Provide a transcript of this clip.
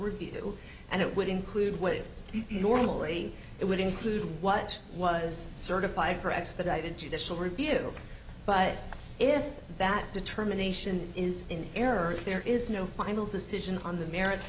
review and it would include what normally it would include what was certified for expedited judicial review but if that determination is in error if there is no final decision on the merits